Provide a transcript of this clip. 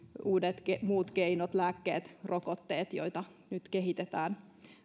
uudet muut keinot lääkkeet rokotteet joita nyt kehitetään